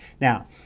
Now